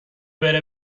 بره